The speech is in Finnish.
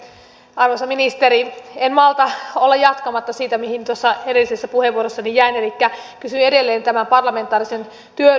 arvoisa ministeri en malta olla jatkamatta siitä mihin edellisessä puheenvuorossani jäin elikkä kysyn edelleen tämän parlamentaarisen työryhmän perään